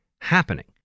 happening